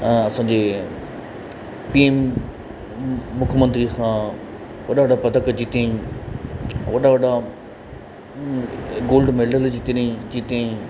असांजे पीएम मुख्य मंत्री सां वॾा वॾा पदक जीती वॾा वॾा गोल्ड मेडल जीतिडी जीती